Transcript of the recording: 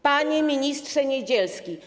Panie Ministrze Niedzielski!